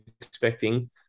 expecting